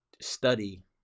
study